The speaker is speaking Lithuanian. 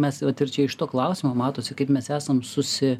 mes vat ir čia iš to klausimo matosi kaip mes esam susi